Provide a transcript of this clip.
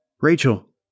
Rachel